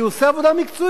כי הוא עושה עבודה מקצועית,